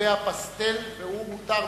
מצבעי הפסטל והוא מותר בכנסת.